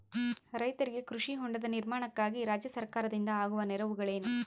ರೈತರಿಗೆ ಕೃಷಿ ಹೊಂಡದ ನಿರ್ಮಾಣಕ್ಕಾಗಿ ರಾಜ್ಯ ಸರ್ಕಾರದಿಂದ ಆಗುವ ನೆರವುಗಳೇನು?